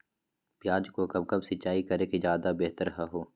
प्याज को कब कब सिंचाई करे कि ज्यादा व्यहतर हहो?